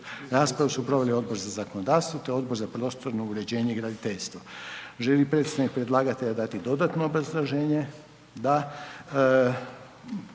Raspravu su proveli Odbor za zakonodavstvo, te Odbor za prostorno uređenje i graditeljstvo. Želi li predstavnik predlagatelja dati dodatno obrazloženje?